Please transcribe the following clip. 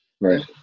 Right